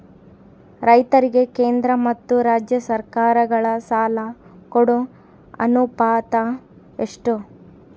ರೈತರಿಗೆ ಕೇಂದ್ರ ಮತ್ತು ರಾಜ್ಯ ಸರಕಾರಗಳ ಸಾಲ ಕೊಡೋ ಅನುಪಾತ ಎಷ್ಟು?